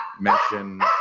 Mention